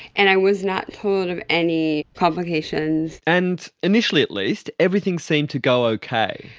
and i was not told of any complications. and initially at least everything seemed to go okay.